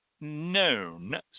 known